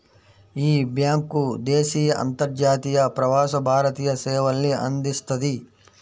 యీ బ్యేంకు దేశీయ, అంతర్జాతీయ, ప్రవాస భారతీయ సేవల్ని అందిస్తది